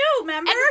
Remember